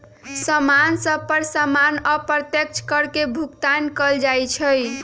समान सभ पर सामान्य अप्रत्यक्ष कर के भुगतान कएल जाइ छइ